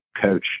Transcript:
coach